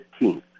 15th